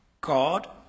God